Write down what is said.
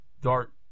Dark